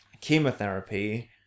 Chemotherapy